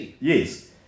Yes